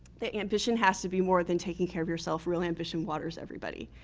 that ambition has to be more than taking care of yourself. real ambition waters everybody,